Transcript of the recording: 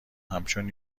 همچون